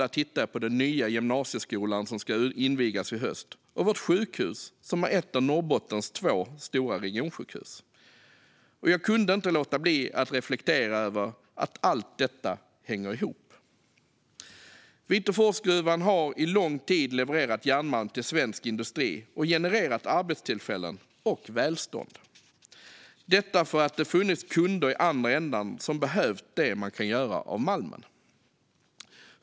Där tittade jag på den nya gymnasieskola som ska invigas i höst och på vårt sjukhus, som är ett av Norrbottens två stora regionsjukhus. Jag kunde inte låta bli att reflektera över att allt detta hänger ihop. Vitåforsgruvan har under lång tid levererat järnmalm till svensk industri och genererat arbetstillfällen och välstånd, eftersom det har funnits kunder i andra ändan som behövt det man kan göra av malmen.